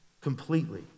Completely